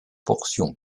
portion